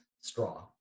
straw